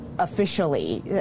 officially